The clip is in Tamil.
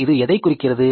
இது எதைக் குறிக்கிறது